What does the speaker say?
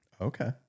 okay